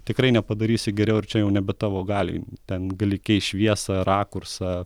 tikrai nepadarysi geriau ir čia jau nebe tavo galioj ten gali keist šviesą rakursą